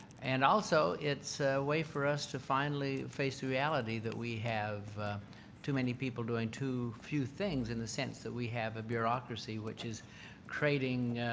and also it's a way for us to finally face the reality that we have too many people doing too few things in the sense that we have a bureaucracy, which is creating